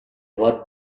what